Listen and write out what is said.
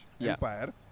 Empire